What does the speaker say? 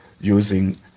using